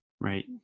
Right